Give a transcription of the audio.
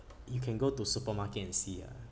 you can go to supermarket and see ah